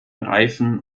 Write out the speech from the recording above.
reifen